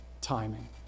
timing